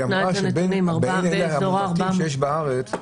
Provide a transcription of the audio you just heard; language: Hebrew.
היא אמרה שבין אלה המאומתים שיש בארץ,